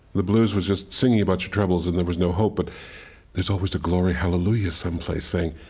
the blues was just singing about your troubles, and there was no hope. but there's always the glory hallelujah someplace saying,